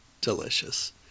delicious